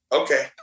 okay